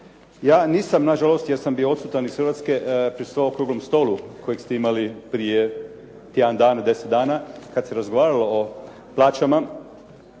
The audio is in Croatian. Ja nisam nažalost, jer sam bio odsutan iz Hrvatske prisustvovao okruglom stolu koji ste imali prije tjedan dana, 10 dana, kada se razgovaralo o plaćama